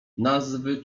nazwy